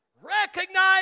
recognize